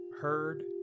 heard